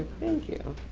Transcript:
thank you.